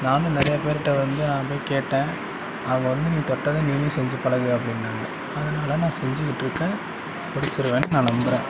நானும் நிறையா பேருகிட்ட வந்து நான் போய் கேட்டேன் அவங்க வந்து நீ தொட்டதை நீயே செஞ்சு பழகு அப்படினாங்க அதனால நான் செஞ்சுக்கிட்ருக்கேன் முடிச்சிருவேன்னு நான் நம்பறேன்